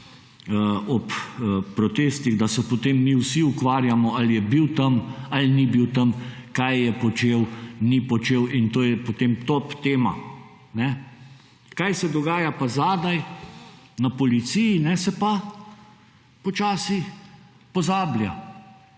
ob protestih, da se, potem mi vsi ukvarjamo ali je bil tam ali ni bil tam, kaj je počel, ni počel in to je potem top tema. Kaj se dogaja zadaj na policiji se pa počasi pozablja,